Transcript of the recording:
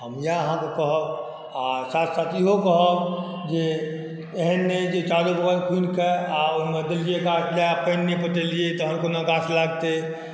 हम इएह आहाँके कहब आ साथ साथ इहो कहब जे एहन नहि जे चारू बगल खुनि कऽ आ ओहि मे देलियै गाछ दय पानि नहि पटेलियै तऽ कोना गाछ लागतै